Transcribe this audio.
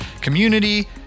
community